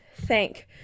Thank